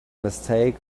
mistake